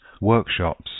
workshops